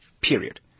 period